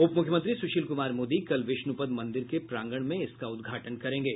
उपमुख्यमंत्री सुशील कुमार मोदी कल विष्णुपद मंदिर के प्रांगण में इसका उद्घाटन करेंगे